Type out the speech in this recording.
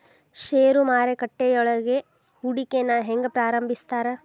ಷೇರು ಮಾರುಕಟ್ಟೆಯೊಳಗ ಹೂಡಿಕೆನ ಹೆಂಗ ಪ್ರಾರಂಭಿಸ್ತಾರ